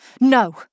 No